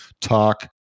talk